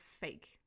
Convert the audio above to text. fake